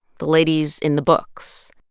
the ladies in the books.